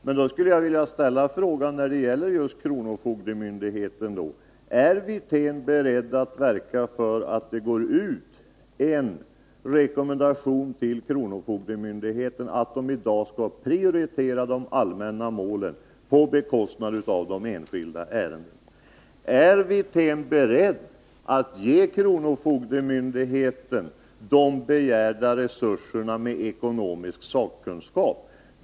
Jag skulle då vilja fråga beträffande just kronofogdemyndigheterna: Är herr Wirtén beredd att verka för att det går ut en rekommendation till kronofogdemyndigheterna att de i dag skall prioritera de allmänna målen på bekostnad av de enskilda ärendena? Är herr Wirtén beredd att ge kronofogdemyndigheterna de begärda resurserna som skulle ge ekonomisk sakkunskap?